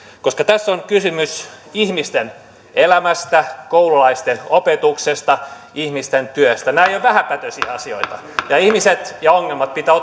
koska tässä on kysymys ihmisten elämästä koululaisten opetuksesta ihmisten työstä nämä eivät ole vähäpätöisiä asioita ja ihmiset ja ongelmat pitää